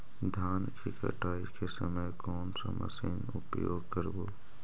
धान की कटाई के समय कोन सा मशीन उपयोग करबू?